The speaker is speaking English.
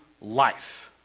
life